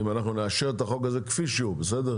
אם אנחנו נאשר את החוק הזה כפי שהוא בסדר?